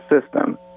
system